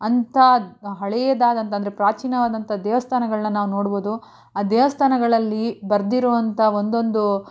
ಅಂಥ ಹಳೇದಾದಂಥ ಅಂದರೆ ಪ್ರಾಚೀನವಾದಂಥ ದೇವಸ್ಥಾನಗಳನ್ನ ನಾವು ನೋಡ್ಬೋದು ಆ ದೇವಸ್ಥಾನಗಳಲ್ಲಿ ಬರೆದಿರುವಂಥ ಒಂದೊಂದು